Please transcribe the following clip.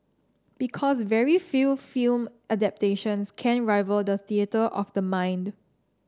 because very few film adaptations can rival the theatre of the mind